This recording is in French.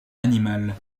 animal